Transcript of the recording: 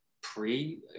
pre